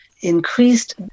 increased